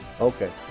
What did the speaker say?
Okay